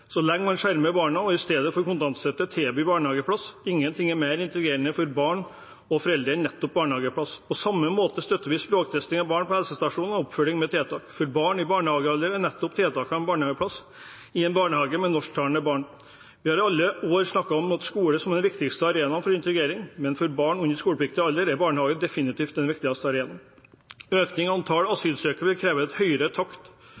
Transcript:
så lenge man skjermer barna og i stedet for kontantstøtte tilbyr barnehageplass. Ingenting er mer integrerende for barn og foreldre enn nettopp barnehageplass. På samme måte støtter vi språktesting av barn på helsestasjonene og oppfølging med tiltak. For barn i barnehagealder er tiltaket nettopp plass i en barnehage med norsktalende barn. Vi har i alle år snakket om skole som den viktigste arenaen for integrering, men for barn under skolepliktig alder er barnehage definitivt den viktigste arenaen. Økning i antall asylsøkere vil kreve høyere takt